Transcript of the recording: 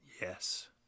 Yes